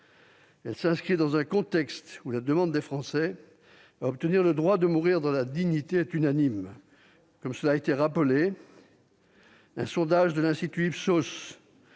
Elle s'inscrit dans un contexte où la demande des Français d'obtenir le droit de mourir dans la dignité est unanime. Comme cela a été rappelé, selon un sondage de l'institut Ipsos